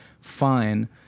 fine